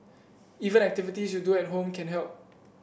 even activities you do at home can help